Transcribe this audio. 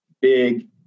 big